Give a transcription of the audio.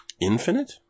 Infinite